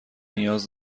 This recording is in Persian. نیاز